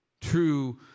true